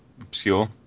obscure